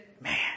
man